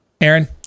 Aaron